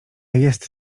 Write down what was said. jest